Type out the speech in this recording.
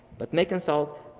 but may consult